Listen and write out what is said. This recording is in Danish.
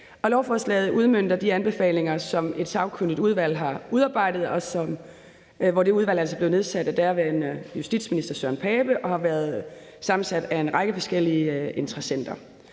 Lovforslaget udmønter anbefalinger, som et sagkyndigt udvalg har udarbejdet, efter at det blev nedsat af daværende justitsminister Søren Pape Poulsen, og det har været sammensat af en række forskellige interessenter.